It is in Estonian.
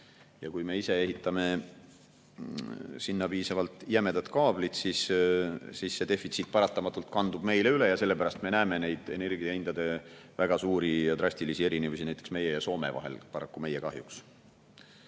Kui me ise ehitame sinna piisavalt jämedad kaablid, siis see defitsiit paratamatult kandub meile üle ja sellepärast me näeme neid energiahindade väga suuri, drastilisi erinevusi näiteks meie ja Soome vahel. Paraku meie kahjuks.